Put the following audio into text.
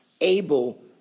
able